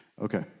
Okay